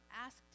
asked